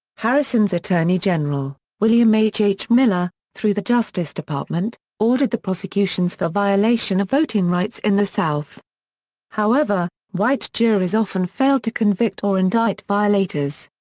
harrison's attorney general, william h. h. miller, through the justice department, ordered the prosecutions for violation of voting rights in the south however, white juries often failed to convict or indict violators.